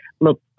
look